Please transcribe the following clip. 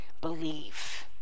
believe